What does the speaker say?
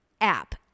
app